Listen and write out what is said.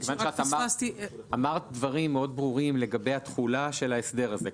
מכיוון שאת אמרת דברים מאוד ברורים לגבי התחולה של ההסדר הזה,